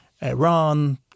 Iran